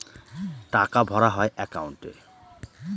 টাকা ভরা হয় একাউন্টে